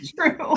True